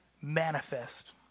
manifest